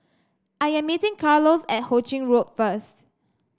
I am meeting Carlos at Ho Ching Road first